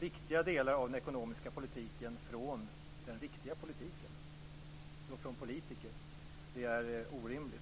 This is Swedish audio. viktiga delar av den ekonomiska politiken från den riktiga politiken. Det är orimligt.